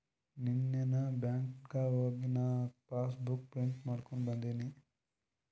ನೀನ್ನೇ ಬ್ಯಾಂಕ್ಗ್ ಹೋಗಿ ನಾ ಪಾಸಬುಕ್ ಪ್ರಿಂಟ್ ಹಾಕೊಂಡಿ ಬಂದಿನಿ